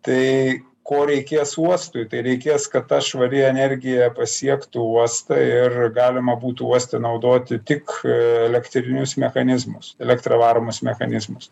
tai ko reikės uostui tai reikės kad ta švari energija pasiektų uostą ir galima būtų uoste naudoti tik elektrinius mechanizmus elektra varomus mechanizmus